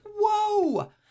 whoa